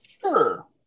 Sure